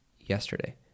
yesterday